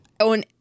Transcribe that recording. on